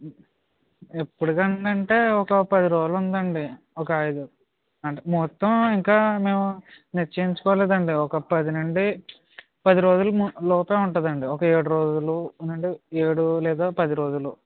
ఎప్పటికి అందిందంటే ఒక పది రోజులు ఉందండి ఒక ఐదు అంటే మొత్తం ఇంకా మేము నిశ్చయించుకోలేదు అండి ఒక పది నుండి పది రోజులు ము లోపే ఉంటుంది అండి ఒక ఏడు రోజులు ఉండండి ఏడు లేదా పది రోజులు